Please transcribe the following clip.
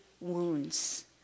wounds